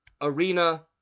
Arena